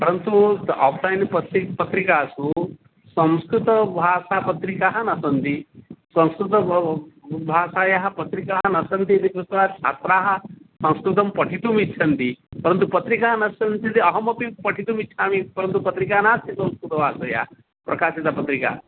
परन्तु त आफ़्लैन् पत्रिका पत्रिकासु संस्कृतभाषापत्रिकाः न सन्ति संस्कृत भाषायाः पत्रिकाः न सन्ति इति कृत्वा छात्राः संस्कृतं पठितुमिच्छन्ति परन्तु पत्रिकाः न सन्ति इति अहमपि पठितुमिच्छामि परन्तु पत्रिका नास्ति खलु कुतः वा त्वया प्रकाशितपत्रिका